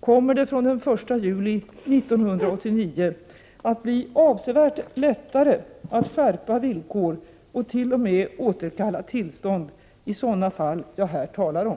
kommer det från den 1 juli 1989 att bli avsevärt lättare att skärpa villkor och t.o.m. återkalla tillstånd i sådana fall jag här talar om.